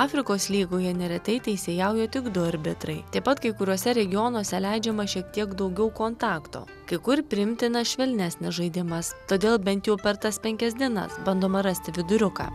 afrikos lygoje neretai teisėjauja tik du arbitrai taip pat kai kuriuose regionuose leidžiama šiek tiek daugiau kontakto kai kur priimtina švelnesnis žaidimas todėl bent jau per tas penkias dienas bandoma rasti viduriuką